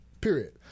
period